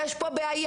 יש פה בעיה,